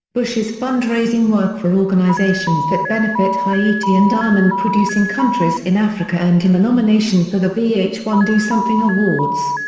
bush's fundraising work for organizations that benefit haiti and diamond-producing countries in africa earned him a nomination for the v h one do something awards.